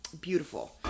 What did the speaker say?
beautiful